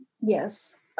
Yes